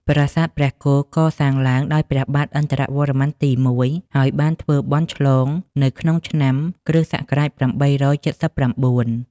ប្រាសាទព្រះគោ កសាងឡើងដោយព្រះបាទឥន្ទ្រវរ្ម័នទី១ ហើយបានធ្វើបុណ្យឆ្លងនៅក្នុងឆ្នាំ គ.ស. ៨៧៩ ។